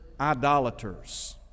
idolaters